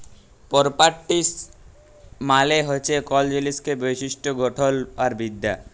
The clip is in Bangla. পরপার্টিস মালে হছে কল জিলিসের বৈশিষ্ট গঠল আর বিদ্যা